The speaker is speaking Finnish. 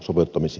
kiitos